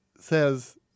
says